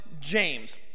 James